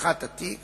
לפתיחת התיק